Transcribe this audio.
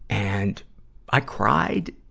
and i cried.